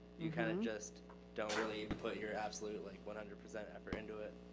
you kind of just don't really input your absolute, like one hundred percent effort into it.